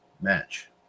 match